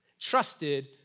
trusted